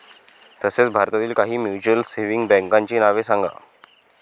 तसेच भारतातील काही म्युच्युअल सेव्हिंग बँकांची नावे सांगा